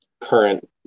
current